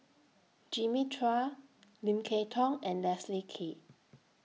Jimmy Chua Lim Kay Tong and Leslie Kee